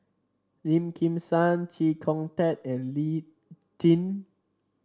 Lim Kim San Chee Kong Tet and Lee Tjin